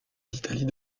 l’italie